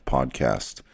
Podcast